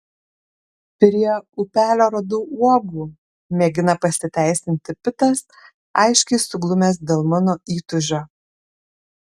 prie upelio radau uogų mėgina pasiteisinti pitas aiškiai suglumęs dėl mano įtūžio